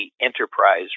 enterprise